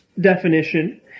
definition